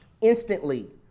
instantly